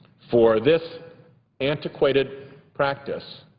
for this antiquated practice,